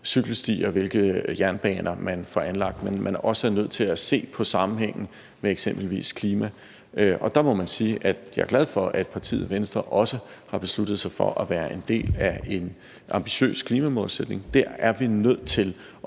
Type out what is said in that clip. og hvilke jernbaner man får anlagt, men at man også er nødt til at se på sammenhængen med eksempelvis klima. Og der må man sige, at jeg er glad for, at partiet Venstre også har besluttet sig for at være en del af en ambitiøs klimamålsætning. Der er vi nødt til